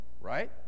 Right